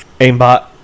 Aimbot